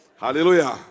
Hallelujah